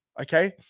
Okay